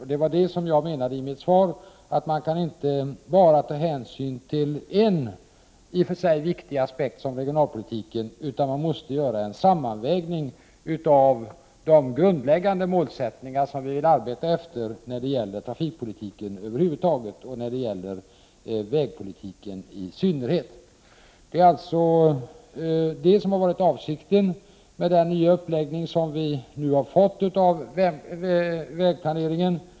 Det var det jag menade när jag i mitt svar sade att man inte kan ta hänsyn till bara en, i och för sig viktig, aspekt som regionalpolitiken utan att man måste göra en sammanvägning av de grundläggande målsättningar som vi vill arbeta för när det gäller trafikpolitiken över huvud taget och när det gäller vägpolitiken i synnerhet. Det är avsikten med den nya uppläggningen av vägplaneringen.